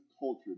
culture